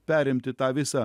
perimti tą visą